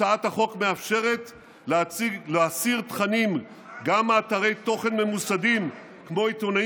הצעת החוק מאפשרת להסיר תכנים גם מאתרי תוכן ממוסדים כמו עיתונים